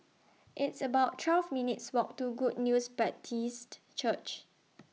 It's about twelve minutes' Walk to Good News Baptist Church